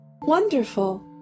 Wonderful